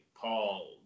Paul